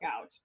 out